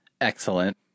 Excellent